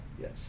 Yes